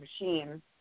machine